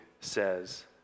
says